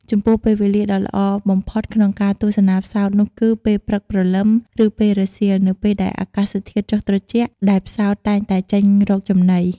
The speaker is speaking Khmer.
ចំពោះពេលវេលាដ៏ល្អបំផុតក្នុងការទស្សនាផ្សោតនោះគឺ ពេលព្រឹកព្រលឹម ឬពេលរសៀល នៅពេលដែលអាកាសធាតុចុះត្រជាក់ ដែលផ្សោតតែងតែចេញរកចំណី ។